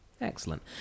Excellent